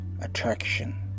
attraction